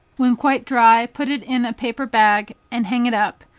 when quite dry, put it in a paper bag and hang it up,